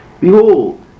Behold